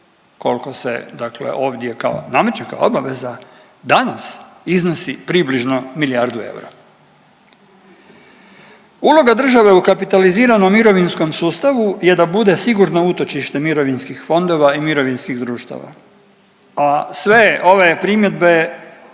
kolko se dakle ovdje kao nameće kao obaveza danas iznosi približno milijardu eura. Uloga države u kapitiliziranom mirovinskom sustavu je da bude sigurno utočište mirovinskih fondova i mirovinskih društava, a sve ove primjedbe